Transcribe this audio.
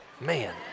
Man